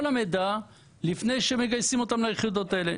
המידע לפני שמגייסים אותן ליחידות האלה.